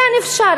כן אפשר,